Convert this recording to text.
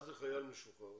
מה זה חייל משוחרר?